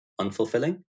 unfulfilling